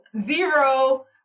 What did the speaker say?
zero